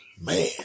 man